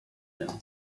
them